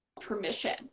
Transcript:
permission